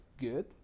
good